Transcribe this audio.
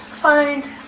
Find